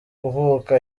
uvuka